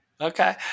Okay